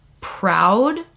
proud